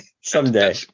Someday